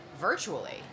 virtually